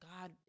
god